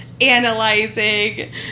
analyzing